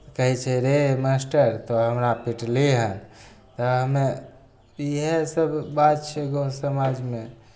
कहै छै रे मास्टर तोँ हमरा पीटली हँ तऽ हमे इएहसभ बात छै गाँव समाजमे